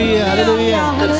Hallelujah